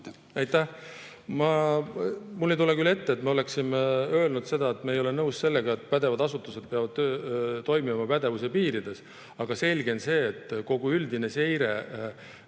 Aitäh! Mul ei tule küll ette, nagu me oleksime öelnud, et me ei ole nõus sellega, et pädevad asutused peavad toimima pädevuse piirides. Aga selge on see, et kogu üldine seire